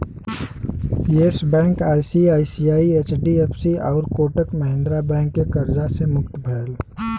yes Bank ICICI, HDFC आउर Kotak Mahindra Bank के कर्जा से मुक्त भयल